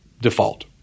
default